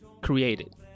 created